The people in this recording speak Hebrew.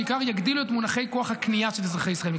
בעיקר יגדילו את כוח הקנייה של אזרחי ישראל,